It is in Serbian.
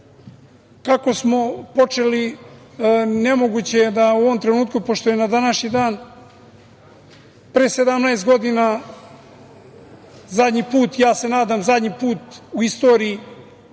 smo počeli, nemoguće je da u ovom trenutku, pošto je na današnji dan pre 17 godina zadnji put, ja se nadam, zadnji put u istoriji